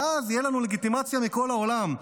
ואז תהיה לנו לגיטימציה מכל העולם.